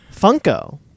Funko